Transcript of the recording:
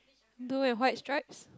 blue and white strips